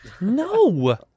No